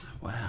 Wow